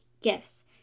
gifts